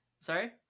Sorry